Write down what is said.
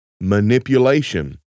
manipulation